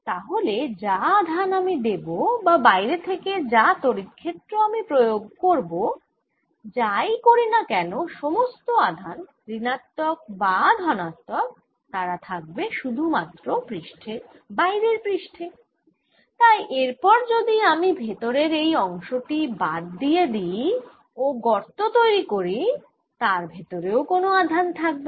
তাহলে যা আধান আমি দেব বা বাইরে থেকে যা তড়িৎ ক্ষেত্র আমি প্রয়োগ করব যাই করি না কেন সমস্ত আধান ঋণাত্মক বা ধনাত্মক তারা থাকবে শুধু মাত্র বাইরের পৃষ্ঠে তাই এরপর যদি আমি ভেতর এর এই অংশ টি বাদ দিয়ে দিই ও গর্ত তৈরি করি তার ভেতরে কোন আধান থাকবে না